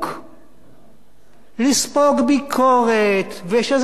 לספוג ביקורת, וזה לא ימצא חן בעינינו.